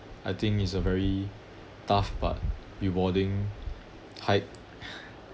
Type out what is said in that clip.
I think is a very tough but rewarding hike